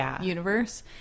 universe